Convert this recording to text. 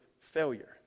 failure